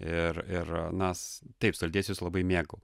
ir ir nas taip saldėsius labai mėgau